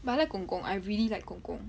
but I like gong gong I really like gong gong